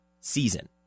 season